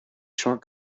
short